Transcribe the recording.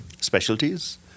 Specialties